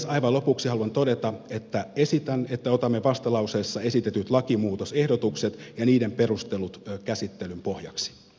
aivan lopuksi haluan todeta että esitän että otamme vastalauseessa esitetyt lakimuutosehdotukset ja niiden perustelut käsittelyn pohjaksi